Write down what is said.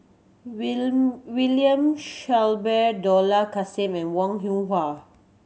William Shellabear Dollah Kassim and Wong Hoon Wah